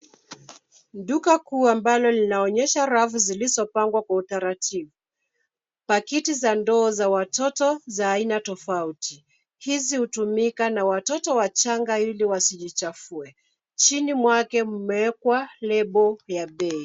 Duka kuu ambalo linaonyesha rafu zilizopangwa kwa utaratibu pakiti za ndoo za watoto za aina tofauti. Hizi hutumika na watoto wachanga ili wasijichafue. Chini yake mmeekwa lebo ya bei.